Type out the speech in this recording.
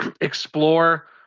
explore